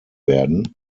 werden